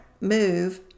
move